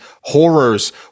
horrors